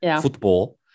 football